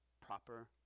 proper